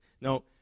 no